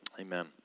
Amen